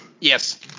Yes